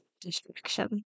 distraction